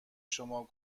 شما